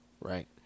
right